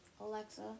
Alexa